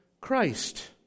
Christ